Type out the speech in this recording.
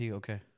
okay